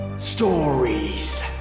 Stories